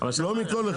לא מכל אחד.